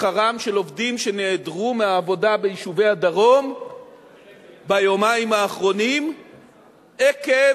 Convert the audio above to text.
משכרם של עובדים שנעדרו מעבודה ביישובי הדרום ביומיים האחרונים עקב